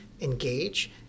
engage